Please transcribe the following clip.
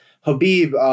Habib